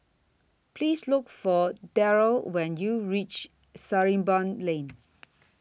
Please Look For Daryle when YOU REACH Sarimbun Lane